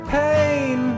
pain